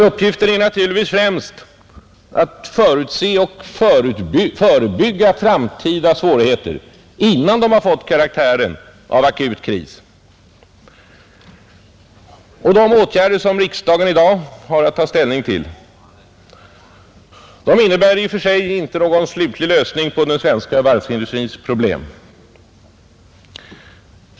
Uppgiften är främst att förutse och förebygga framtida svårigheter innan de har fått karaktären av akut kris. De åtgärder som riksdagen i dag har att ta ställning till innebär i och för sig inte någon slutlig lösning på den svenska varvsindustrins problem.